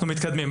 אנחנו מתקדמים.